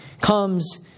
comes